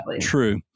true